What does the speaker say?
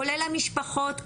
כולל המשפחות,